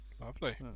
lovely